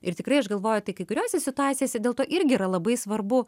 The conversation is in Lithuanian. ir tikrai aš galvoju tai kai kuriose situacijose dėl to irgi yra labai svarbu